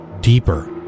Deeper